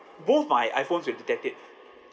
both my iphones will detect it